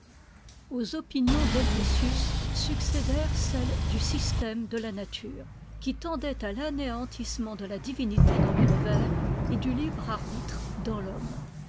aux opinions d'he vétius succédèrent celles du système de la nature qui tendaient à l'anéantissement de la divinité dans l'univers et du libre arbitre dans l'homme